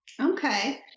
Okay